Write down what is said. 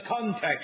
context